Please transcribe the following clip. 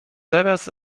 teraz